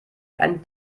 ein